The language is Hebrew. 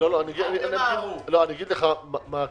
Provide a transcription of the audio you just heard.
אני אגיד לך מה הקטע.